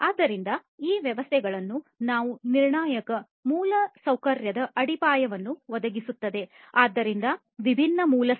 ಆದ್ದರಿಂದ ಈ ವ್ಯವಸ್ಥೆಗಳು ನಮ್ಮ ನಿರ್ಣಾಯಕ ಮೂಲಸೌಕರ್ಯದ ಅಡಿಪಾಯವನ್ನು ಒದಗಿಸುತ್ತವೆ